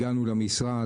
הגענו למשרד,